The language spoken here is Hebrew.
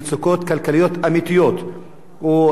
אכן קיים במגזר הערבי, ולדעתי זה לא סוד.